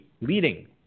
leading